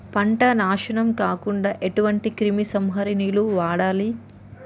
పంట నాశనం కాకుండా ఎటువంటి క్రిమి సంహారిణిలు వాడాలి?